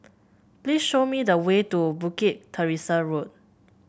please show me the way to Bukit Teresa Road